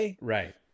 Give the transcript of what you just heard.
Right